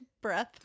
breath